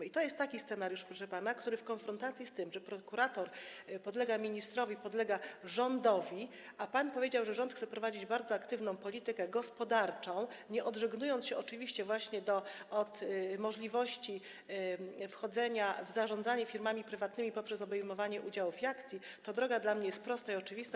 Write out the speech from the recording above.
I to jest taki scenariusz, proszę pana, a w konfrontacji z tym, że prokurator podlega ministrowi, podlega rządowi, a pan powiedział, że rząd chce prowadzić bardzo aktywną politykę gospodarczą, nie odżegnując się oczywiście od możliwości wchodzenia w kwestie zarządzania firmami prywatnymi poprzez obejmowanie ich udziałów i akcji, droga dla mnie jest prosta i oczywista.